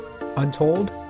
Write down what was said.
Untold